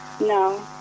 No